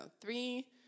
three